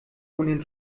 ohnehin